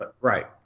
right